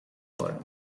disorder